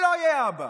אני לא אהיה אבא.